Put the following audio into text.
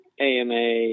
AMA